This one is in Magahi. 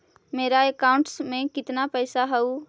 मेरा अकाउंटस में कितना पैसा हउ?